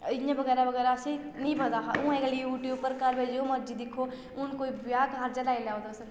इ'यां बगैरा बगैरा असेंई नी पता हा हून अज्जकल यूट्यूब घर जो मर्ज़ी दिक्खो हून कोई ब्याह् कारज गै लेई लैओ तुस